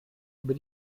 über